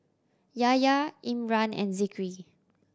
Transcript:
Yahya Imran and Zikri